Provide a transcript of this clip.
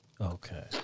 Okay